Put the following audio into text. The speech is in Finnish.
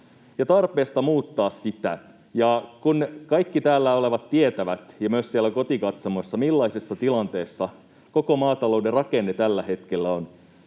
tarpeesta muuttaa sitä ja kun kaikki täällä olevat tietävät ja myös siellä kotikatsomossa, millaisessa tilanteessa koko maatalouden rakenne tällä hetkellä on,